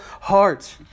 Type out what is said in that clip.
heart